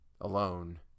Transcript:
alone